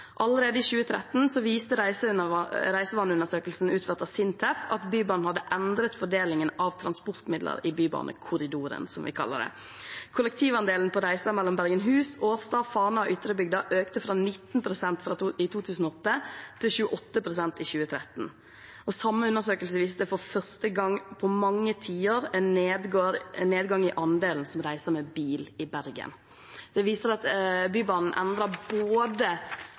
Allerede i 2013 viste en reisevaneundersøkelse utført av SINTEF, at Bybanen hadde endret fordelingen av transportmidler i bybanekorridoren, som vi kaller det. Kollektivandelen på reiser mellom Bergenhus, Årstad, Fana og Ytrebygda økte fra 19 pst. i 2008 til 28 pst. i 2013. Samme undersøkelse viste at det for første gang på mange tiår var en nedgang i andelen som reiser med bil i Bergen. Det viser at Bybanen flytter passasjerer både